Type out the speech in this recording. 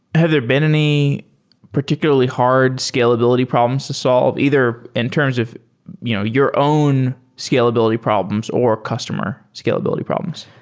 have there been any particularly hard scalability problems to solve either in terms of you know your own scalability problems or customer scalability problems?